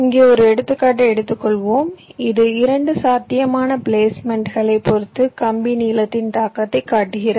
இங்கே ஒரு எடுத்துக்காட்டை எடுத்துக்கொள்வோம் இது 2 சாத்தியமான பிளேஸ்மென்ட்களைப் பொறுத்து கம்பி நீளத்தின் தாக்கத்தை காட்டுகிறது